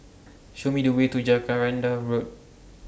Show Me The Way to Jacaranda Road